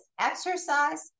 exercise